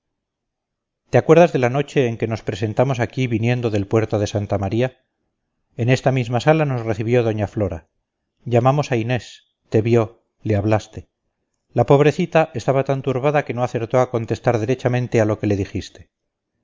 te acuerdas de la noche en que nos presentamos aquí viniendo del puerto de santa maría en esta misma sala nos recibió doña flora llamamos a inés te vio le hablaste la pobrecita estaba tan turbada que no acertó a contestar derechamente a lo que le dijiste